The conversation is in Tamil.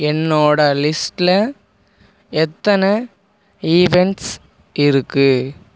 என்னோட லிஸ்டில் எத்தனை ஈவெண்ட்ஸ் இருக்கு